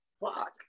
Fuck